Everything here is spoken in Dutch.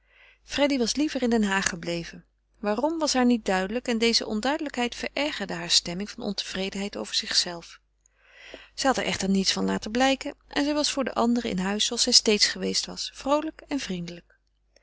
freddy was liever in den haag gebleven waarom was haar niet duidelijk en deze onduidelijkheid verergde haar stemming van ontevredenheid over zichzelve zij had er echter niets van laten blijken en zij was voor de anderen in huis zooals zij steeds geweest was vroolijk en vriendelijk